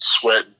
sweat